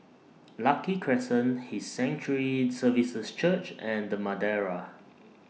Lucky Crescent His Sanctuary Services Church and The Madeira